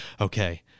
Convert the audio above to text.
Okay